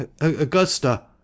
augusta